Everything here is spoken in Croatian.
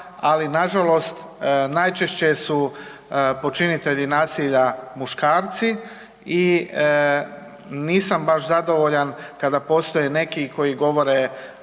ali nažalost najčešće su počinitelji nasilja muškarci. I nisam baš zadovoljan kada postoje neki koji govore